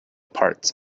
parts